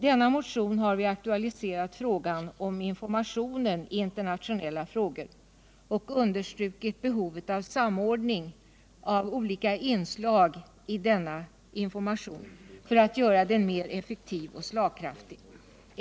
I denna motion har vi aktualiserat frågan om informationen beträffande internationella frågor och understrukit behovet av samordning av olika inslag i denna information för att göra den mer effektiv och slagkraftig.